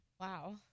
Wow